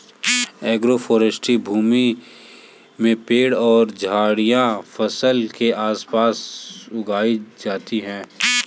agroforestry भूमि में पेड़ और झाड़ियाँ फसल के आस पास उगाई जाते है